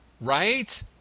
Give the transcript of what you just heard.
right